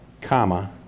comma